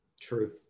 true